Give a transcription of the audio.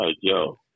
yo